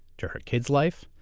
to her kid's life,